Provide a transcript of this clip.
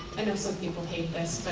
i know some people hate this,